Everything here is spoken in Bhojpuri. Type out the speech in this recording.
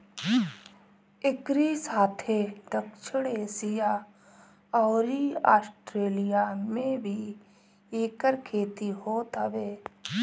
एकरी साथे दक्षिण एशिया अउरी आस्ट्रेलिया में भी एकर खेती होत हवे